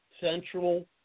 central